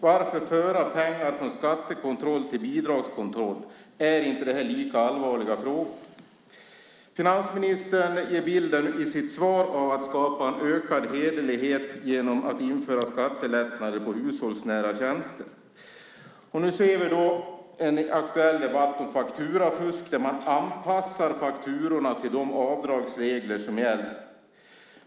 Varför föra pengar från skattekontroll till bidragskontroll? Är inte det lika allvarliga frågor? Finansministern ger i sitt svar bilden att man ska skapa ökad hederlighet genom att införa skattelättnader på hushållsnära tjänster. Nu ser vi en aktuell debatt om fakturafusk. Man anpassar fakturorna till de avdragsregler som gäller.